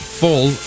full